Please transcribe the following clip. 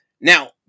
Now